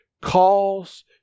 calls